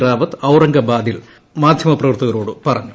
റാവത്ത് ഔറംഗബാദിൽ മാധ്യ്മ പ്രവർത്തകരോട് പറഞ്ഞു